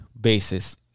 basis